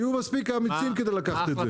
תהיו מספיק אמיצים כדי לקחת את זה.